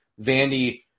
Vandy